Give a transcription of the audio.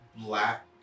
black